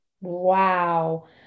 Wow